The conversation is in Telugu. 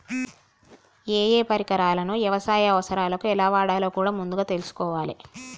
ఏయే పరికరాలను యవసాయ అవసరాలకు ఎలా వాడాలో కూడా ముందుగా తెల్సుకోవాలే